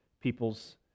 people's